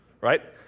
right